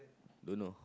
don't know